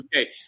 okay